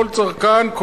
כל צרכן,